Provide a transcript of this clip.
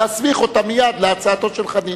להסמיך אותה מייד להצעתו של חנין.